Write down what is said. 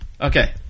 Okay